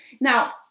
Now